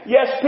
Yes